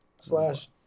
Slash